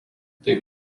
taip